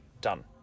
done